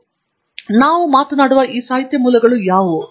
ಆದ್ದರಿಂದ ನಾವು ಮಾತನಾಡುವ ಈ ಸಾಹಿತ್ಯ ಮೂಲಗಳು ಯಾವುವು